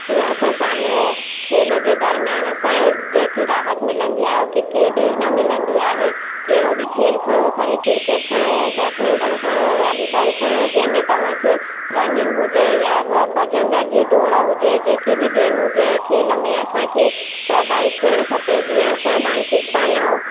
तीअं असां शाम जो खेल जे दर्म्यानि असांजे जेकी राहत मिलंदी आहे उहो किते बि न मिलंदी आहे कहिड़ो बि खेल खणो खणी क्रिकेट खणो बैडमिंटन खणो वॉलीबॉल खणो जंहिंमें तव्हांखे रनिंग हुजे या भॼंदड़ जी दौड़ हुजे जेकी बि गेम हुजे खेल में असांखे प्रभावित थियणु खपे जीअं असांजो मानसिक तनाव